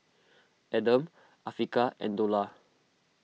Adam Afiqah and Dollah